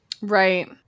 Right